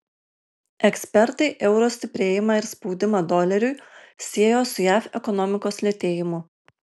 ekspertai euro stiprėjimą ir spaudimą doleriui siejo su jav ekonomikos lėtėjimu